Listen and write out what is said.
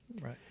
Right